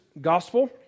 gospel